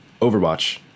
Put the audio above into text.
Overwatch